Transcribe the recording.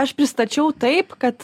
aš pristačiau taip kad